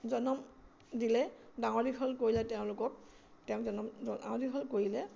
জনম দিলে ডাঙৰ দীঘল কৰিলে তেওঁলোকক তেওঁ জন্ম ডাঙৰ দীঘল কৰিলে